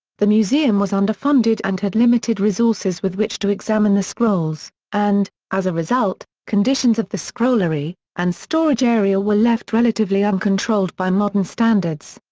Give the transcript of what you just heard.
the museum was underfunded and had limited resources with which to examine the scrolls, and, as a result, conditions of the scrollery and storage area were left relatively uncontrolled by modern standards.